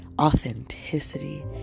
authenticity